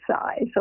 size